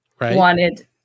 wanted